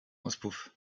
auspuff